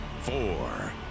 four